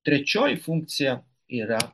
trečioji funkcija yra